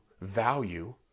value